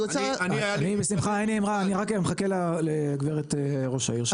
בשמחה אני רק מחכה לגברת ראש העיר שתסיים.